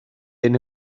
ein